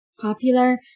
popular